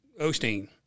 Osteen